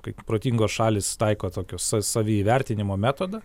kaip protingos šalys taiko tokius sa saviįvertinimo metodą